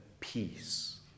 Peace